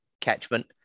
catchment